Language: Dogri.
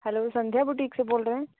हैल्लो संध्या बुटीक से बोल रहे है